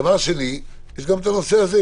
דבר שני, יש גם את הנושא הזה.